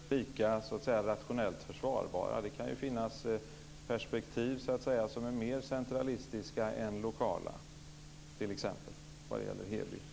Fru talman! Det är inte alla som är lika rationellt försvarbara. De kan finnas perspektiv som är mer centralistiska än lokala t.ex. vad det gäller Heby.